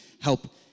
help